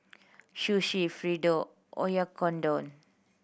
Sushi Fritada Oyakodon